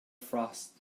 frost